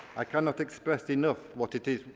i cannot express enough what it is,